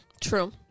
True